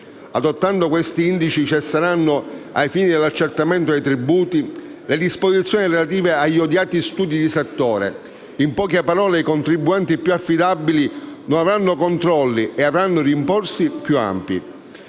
Adottando questi indici cesseranno, ai fini dell'accertamento dei tributi, le disposizioni relative agli odiati studi di settore. In poche parole i contribuenti più affidabili non avranno controlli e avranno rimborsi più ampi.